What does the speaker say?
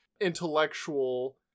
intellectual